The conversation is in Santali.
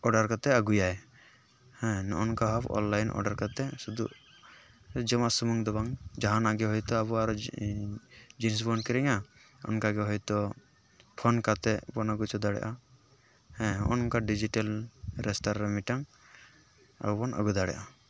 ᱚᱰᱟᱨ ᱠᱟᱛᱮᱫ ᱟᱹᱜᱩᱭᱟᱭ ᱦᱮᱸ ᱱᱚᱜ ᱚᱝᱠᱟ ᱵᱷᱟᱵ ᱚᱱᱞᱟᱭᱤᱱ ᱚᱰᱟᱨ ᱠᱟᱛᱮᱫ ᱥᱩᱫᱩ ᱡᱚᱢᱟᱜ ᱥᱩᱢᱩᱝ ᱫᱚ ᱵᱟᱝ ᱡᱟᱦᱟᱱᱟᱜ ᱜᱮ ᱦᱳᱭᱛᱚ ᱟᱵᱚᱣᱟᱜ ᱟᱨᱚ ᱡᱤᱱᱤᱥᱵᱚᱱ ᱠᱤᱨᱤᱧᱟ ᱚᱱᱠᱟᱜᱮ ᱦᱳᱭᱛᱚ ᱯᱷᱳᱱ ᱠᱟᱛᱮᱫ ᱵᱚᱱ ᱟᱹᱜᱩ ᱦᱚᱪᱚ ᱫᱟᱲᱮᱭᱟᱜᱼᱟ ᱦᱮᱸ ᱦᱚᱸᱜᱼᱚ ᱱᱚᱝᱠᱟ ᱰᱤᱡᱤᱴᱮᱞ ᱨᱟᱥᱛᱟᱨᱮ ᱢᱤᱫ ᱴᱟᱝ ᱟᱵᱚᱵᱚᱱ ᱟᱹᱜᱩ ᱫᱟᱲᱮᱭᱟᱜᱼᱟ